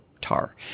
tar